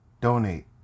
donate